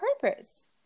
purpose